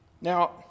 now